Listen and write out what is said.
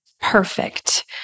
perfect